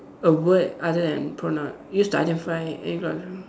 a word other than pronoun use to identify any cla~